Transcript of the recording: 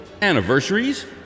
anniversaries